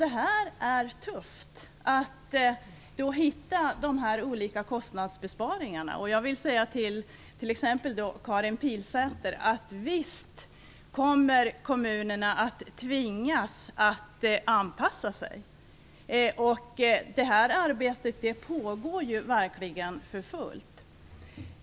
Det är tufft att hitta kostnadsbesparingar. Jag vill säga - exempelvis till Karin Pilsäter - att visst kommer kommunerna att tvingas anpassa sig. Det arbetet pågår ju för fullt.